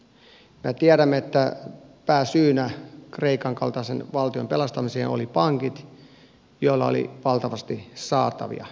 me tiedämme että pääsyynä kreikan kaltaisen valtion pelastamiseen oli pankit joilla oli valtavasti saatavia kreikasta